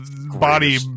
body